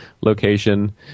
location